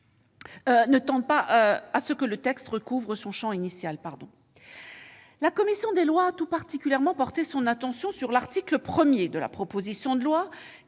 ne tendent pas à ce que le texte retrouve son champ initial. La commission des lois a tout particulièrement porté son attention sur l'article 1 de la proposition de loi